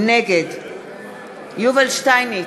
נגד יובל שטייניץ,